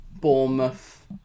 Bournemouth